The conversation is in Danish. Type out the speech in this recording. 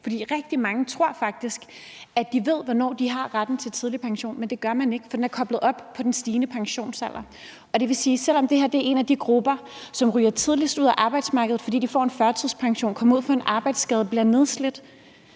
Rigtig mange tror faktisk, at de ved, hvornår de har ret til tidlig pension, men det gør man ikke, for den er koblet op på den stigende pensionsalder. Det vil sige, at selv om det her er en af de grupper, som ryger tidligst ud af arbejdsmarkedet, fordi de får en førtidspension, kommer ud for en arbejdsskade eller bliver nedslidt,